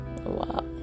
Wow